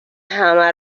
همه